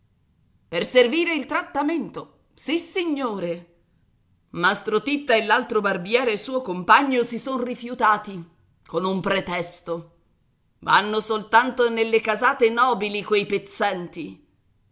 per servire il trattamento sissignore mastro titta e l'altro barbiere suo compagno si son rifiutati con un pretesto vanno soltanto nelle casate nobili quei pezzenti